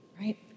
right